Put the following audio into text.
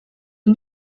een